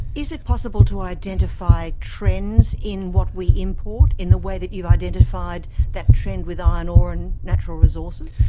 is it possible to identify trends in what we import in the way that you've identified that trend with iron ore and natural resources?